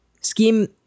scheme